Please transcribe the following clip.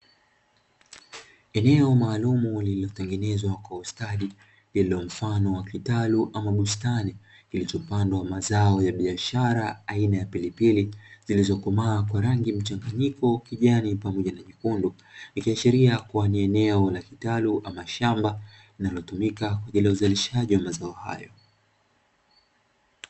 Eneo maalumu lililotengenezwa kwa ustadi, lililo mfano wa kitalu ama bustani kilichopandwa mazao ya biashara aina ya pilipili zilizokomaa kwa rangi mchanganyiko kijani pamoja na rangi nyekundu. Ikiashiria ni eneo la kitalu ama shamba linalotumia Kwa ajili ya mazao hayo.